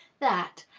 that,